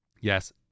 Yes